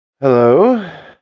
Hello